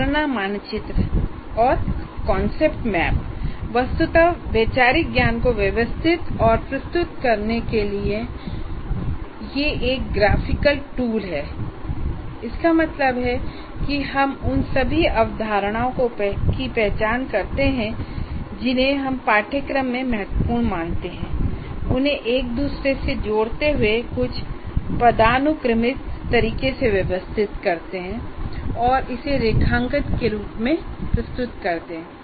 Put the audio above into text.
अवधारणा मानचित्र वस्तुत वैचारिक ज्ञान को व्यवस्थित और प्रस्तुत करने के लिए एक ग्राफिकल टूल है इसका मतलब है कि हम उन सभी अवधारणाओं की पहचान करते हैं जिन्हें हम पाठ्यक्रम में महत्वपूर्ण मानते हैं उन्हें एक दूसरे से जोड़ते हुए कुछ पदानुक्रमित तरीके से व्यवस्थित करें और इसे रेखांकन के रूप में प्रस्तुत करें